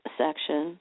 section